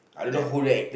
the